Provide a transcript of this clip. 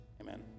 Amen